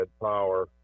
power